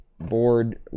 board